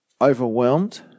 overwhelmed